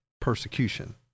persecution